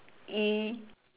ich